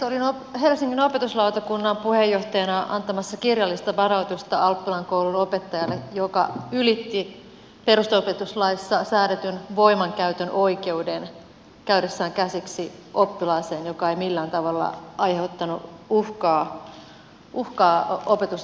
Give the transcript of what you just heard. olin helsingin opetuslautakunnan puheenjohtajana antamassa kirjallista varoitusta alppilan koulun opettajalle joka ylitti perusopetuslaissa säädetyn voimankäytön oikeuden käydessään käsiksi oppilaaseen joka ei millään tavalla aiheuttanut uhkaa opetustilanteessa